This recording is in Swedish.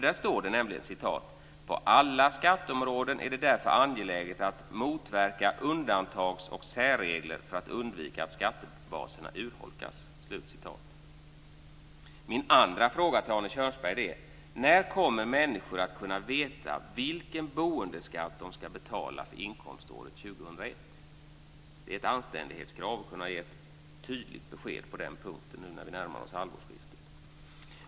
Där står det: "På alla skatteområden är det därför angeläget att motverka undantags och särregler för att undvika att skattebaserna urholkas." Mina andra fråga till Arne Kjörnsberg är: När kommer människor att kunna veta vilken boendeskatt de ska betala för inkomståret 2001? Det är ett anständighetskrav att kunna ge ett tydligt besked på de punkten nu när vi närmar oss halvårsskiftet.